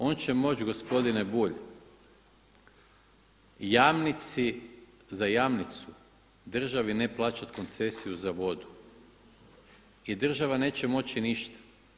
On će moći gospodine Bulj Jamnici, za Jamnicu državi ne plaćati koncesiju za vodu i država neće moći ništa.